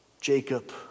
Jacob